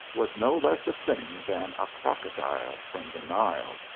was no less a thing than a crocodile from the nile,